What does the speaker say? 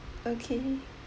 okay